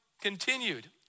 continued